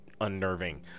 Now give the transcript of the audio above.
unnerving